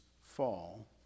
fall